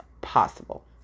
possible